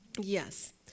Yes